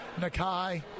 Nakai